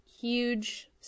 huge